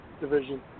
division